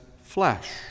flesh